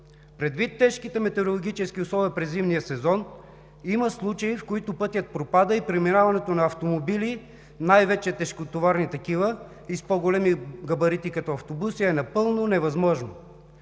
Предвид тежките метеорологически условия през зимния сезон има случаи, в които пътят пропада и преминаването на автомобили, най-вече тежкотоварни такива и с по-големи габарити – като автобуси, е напълно невъзможно.